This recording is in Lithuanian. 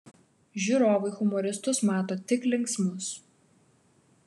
žiūrovai humoristus mato tik linksmus